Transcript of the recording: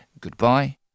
Goodbye